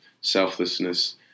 selflessness